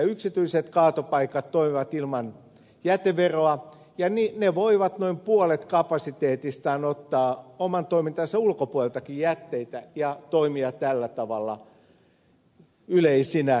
yksityiset kaatopaikat toimivat ilman jäteveroa ja ne voivat noin puolet kapasiteetistaan ottaa oman toimintansa ulkopuoleltakin jätteitä ja toimia tällä tavalla yleisinä kaatopaikkoina